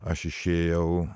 aš išėjau